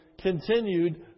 continued